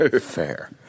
Fair